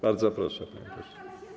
Bardzo proszę, panie pośle.